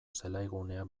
zelaigunea